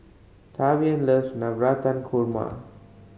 Tavian loves Navratan Korma